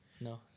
No